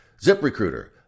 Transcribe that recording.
ZipRecruiter